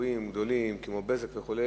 ציבוריים גדולים, כמו "בזק" וכו',